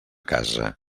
casa